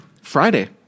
Friday